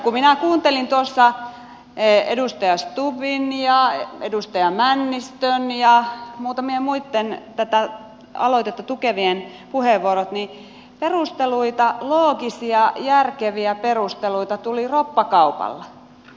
kun minä kuuntelin tuossa edustaja stubbin ja edustaja männistön ja muutamien muitten tätä aloitetta tukevien puheenvuorot niin loogisia järkeviä perusteluita tuli roppakaupalla